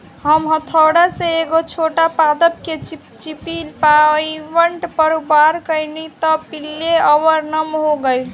हम हथौड़ा से एगो छोट पादप के चिपचिपी पॉइंट पर वार कैनी त उ पीले आउर नम हो गईल